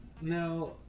now